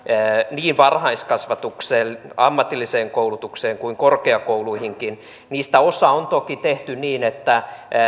niin varhaiskasvatukseen ammatilliseen koulutukseen kuin korkeakouluihinkin niistä osa on toki tehty niin että